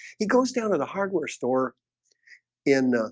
he goes down to the hardware store in